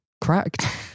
cracked